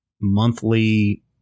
monthly